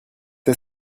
est